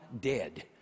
dead